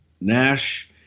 Nash